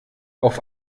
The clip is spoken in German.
auf